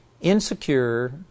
insecure